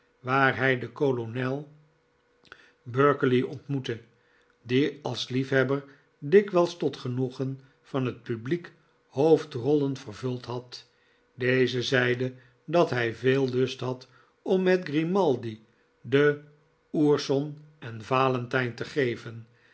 waar hij den kolonel berkeley ontmoette die als liefhebber dikwijls tot genoegen van het publiek hoofdrollen vervuld had deze zeide dat hij veel lust had om met grimaldi den ourson en valentijn te geven